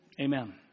Amen